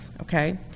Okay